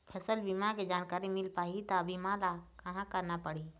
फसल बीमा के जानकारी मिल पाही ता बीमा ला कहां करना पढ़ी?